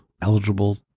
eligible